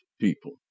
people